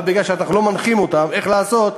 אבל מכיוון שאנחנו לא מנחים אותם איך לעשות,